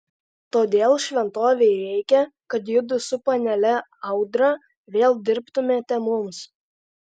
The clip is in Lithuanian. todėl šventovei reikia kad judu su panele audra vėl dirbtumėte mums